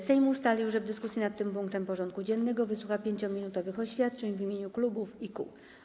Sejm ustalił, że w dyskusji nad tym punktem porządku dziennego wysłucha 5-minutowych oświadczeń w imieniu klubów i kół.